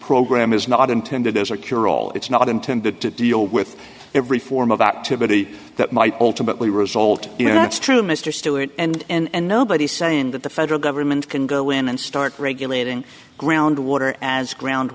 program is not intended as a cure all it's not intended to deal with every form of activity that might ultimately result you know that's true mr stewart and nobody is saying that the federal government can go in and start regulating groundwater as ground